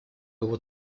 его